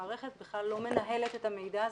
המערכת בכלל לא מנהלת את המידע הזה,